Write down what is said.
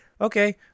okay